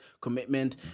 commitment